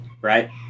right